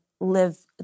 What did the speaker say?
live